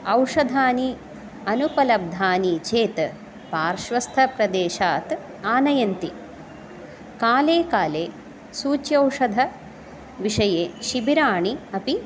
औषधानि अनुपलब्धानि चेत् पार्श्वस्थ प्रदेशात् आनयन्ति काले काले सूच्यौषधविषये शिबिराणि अपि